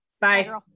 Bye